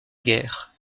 guerre